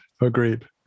Agreed